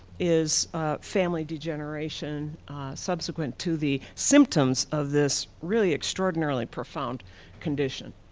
is family degeneration subsequent to the symptoms of this really extraordinarily profound condition.